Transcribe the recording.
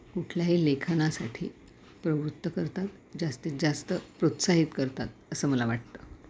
कुठल्याही लेखनासाठी प्रवृत्त करतात जास्तीत जास्त प्रोत्साहित करतात असं मला वाटतं